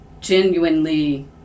genuinely